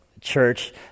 church